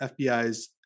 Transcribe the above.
FBI's